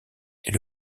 est